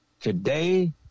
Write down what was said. today